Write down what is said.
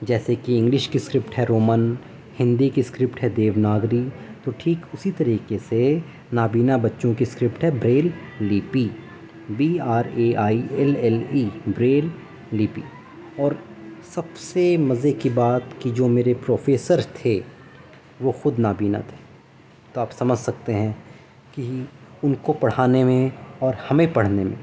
جیسے کہ انگلش کی اسکرپٹ ہے رومن ہندی کی اسکرپٹ ہے دیو ناگری تو ٹھیک اسی طریقے سے نابینا بچوں کی اسکرپٹ ہے بریل لیپی B R A I L L E Braille لیپی اور سب سے مزے کی بات کہ جو میرے پروفیسر تھے وہ خود نابینا تھے تو آپ سمجھ سکتے ہیں کہ ان کو پڑھانے میں اور ہمیں پڑھنے میں